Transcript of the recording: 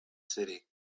city